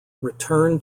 return